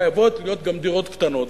חייבות להיות גם דירות קטנות.